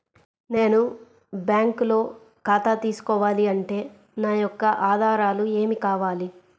నేను బ్యాంకులో ఖాతా తీసుకోవాలి అంటే నా యొక్క ఆధారాలు ఏమి కావాలి?